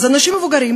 אז אנשים מבוגרים